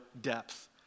depth